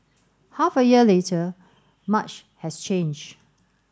half a year later much has changed